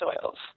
soils